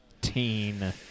teen